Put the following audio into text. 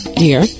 dear